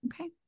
Okay